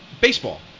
baseball